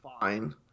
fine